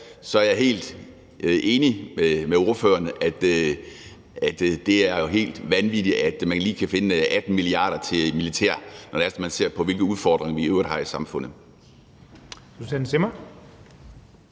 at jeg er helt enig med ordførerne i, at det jo er helt vanvittigt, at man lige kan finde 18 mia. kr. til militær, når det er sådan, at man ser på, hvilke udfordringer vi i øvrigt har i samfundet.